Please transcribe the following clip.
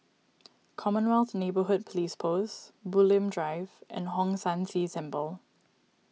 Commonwealth Neighbourhood Police Post Bulim Drive and Hong San See Temple